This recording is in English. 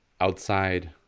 outside